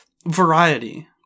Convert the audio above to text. variety